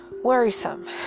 Worrisome